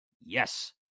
Yes